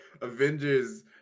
Avengers